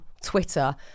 Twitter